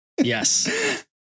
Yes